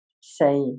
say